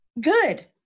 Good